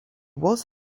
was